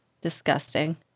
disgusting